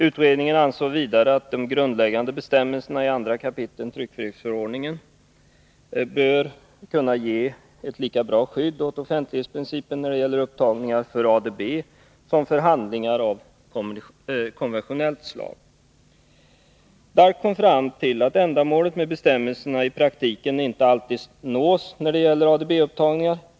Utredningen ansåg vidare att de grundläggande bestämmelserna i 2 kap. tryckfrihetsförordningen bör kunna ge ett lika bra skydd åt offentlighetsprincipen när det gäller upptagningar för ADB som för handlingar av konventionellt slag. DALK kom fram till att ändamålet med bestämmelserna i praktiken inte alltid nås när det gäller ADB-upptagningar.